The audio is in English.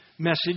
message